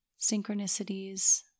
synchronicities